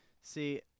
See